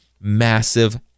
massive